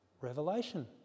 Revelation